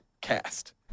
cast